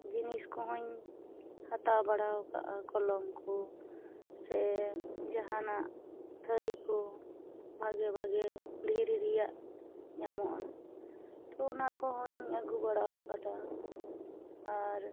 ᱡᱤᱱᱤᱥ ᱠᱚᱦᱚᱧ ᱦᱟᱛᱟᱣ ᱵᱟᱲᱟ ᱟᱠᱟᱫᱟ ᱠᱚᱞᱚᱢ ᱠᱚ ᱥᱮ ᱡᱟᱦᱟᱱᱟᱜ ᱛᱷᱟᱹᱨᱤ ᱠᱚ ᱵᱷᱟᱜᱮ ᱵᱷᱟᱜᱮ ᱫᱷᱤᱨᱤ ᱨᱮᱭᱟ ᱧᱟᱢᱚᱜᱼᱟ ᱛᱚ ᱚᱱᱟ ᱠᱚᱦᱚᱧ ᱟᱹᱜᱩ ᱵᱟᱲᱟ ᱟᱠᱟᱫᱟ ᱟᱨ